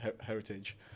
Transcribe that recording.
heritage